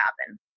happen